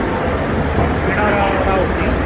आं विणा राव रावत न्हय